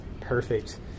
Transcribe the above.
perfect